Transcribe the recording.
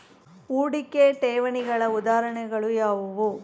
ಹೂಡಿಕೆ ಠೇವಣಿಗಳ ಉದಾಹರಣೆಗಳು ಯಾವುವು?